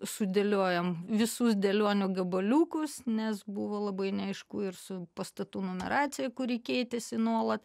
sudėliojom visus dėlionių gabaliukus nes buvo labai neaišku ir su pastatų numeracija kuri keitėsi nuolat